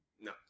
No